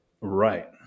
right